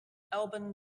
album